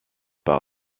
par